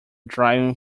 driving